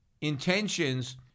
intentions